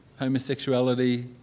homosexuality